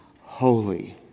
holy